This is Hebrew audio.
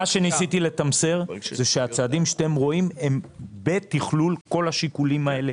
מה שניסיתי להעביר שהצעדים שאתם רואים הם בתכלול כל השיקולים האלה.